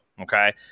Okay